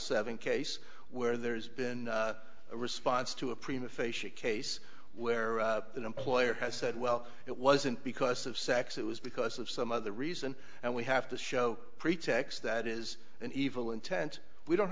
seven case where there's been a response to a prima facia case where the employer has said well it wasn't because of sex it was because of some other reason and we have to show pretext that is an evil intent we don't